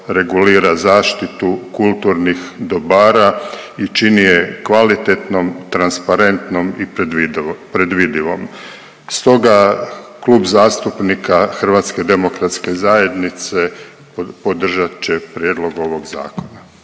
regulira zaštitu kulturnih dobara i čini je kvalitetnom, transparentnom i predvidivom. Stoga Klub zastupnika HDZ-a, podržat će prijedlog ovog zakona.